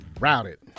Routed